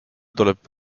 tuleb